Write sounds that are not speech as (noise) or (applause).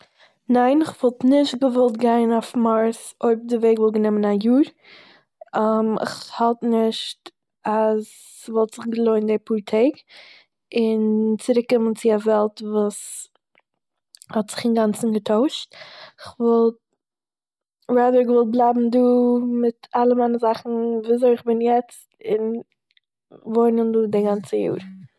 ניין, איך וואלט נישט געוואלט גיין אויף מארס אויב די וועג וואלט גענעמען א יאר, (hesitation) איך האלט נישט אז ס'וואלט זיך געלוינט די פאר טעג און צוריקומען צו א וועלט וואס האט זיך אינגאנצן געטוישט, כ'וואלט רעד'ער געוואלט בלייבן דא, מיט אלע מיינע זאכן און וויאזוי איך בין יעצט און וואוינען דא די גאנצע יאר